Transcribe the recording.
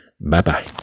Bye-bye